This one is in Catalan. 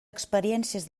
experiències